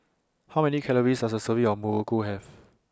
How Many Calories Does A Serving of Muruku Have